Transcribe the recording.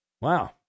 Wow